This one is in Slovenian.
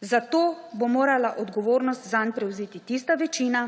zato bo morala odgovornost zanj prevzeti tista večina,